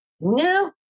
no